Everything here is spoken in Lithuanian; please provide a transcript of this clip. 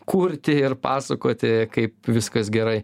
kurti ir pasakoti kaip viskas gerai